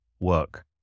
work